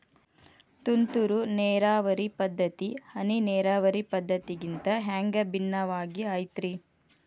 ತುಂತುರು ನೇರಾವರಿ ಪದ್ಧತಿ, ಹನಿ ನೇರಾವರಿ ಪದ್ಧತಿಗಿಂತ ಹ್ಯಾಂಗ ಭಿನ್ನವಾಗಿ ಐತ್ರಿ?